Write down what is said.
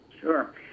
Sure